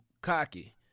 cocky